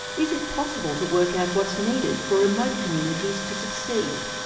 is it possible to work out what's needed for remote communities to succeed?